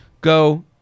go